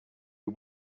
you